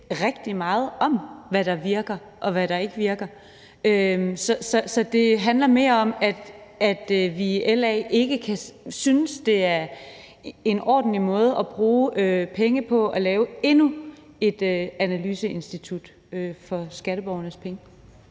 rigtig meget om, hvad der virker, og hvad der ikke virker. Så det handler mere om, at vi i LA ikke synes, det er en ordentlig måde at bruge penge på at lave endnu et analyseinstitut for skatteborgernes penge.